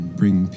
bring